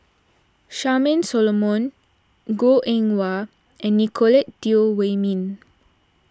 Charmaine Solomon Goh Eng Wah and Nicolette Teo Wei Min